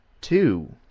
two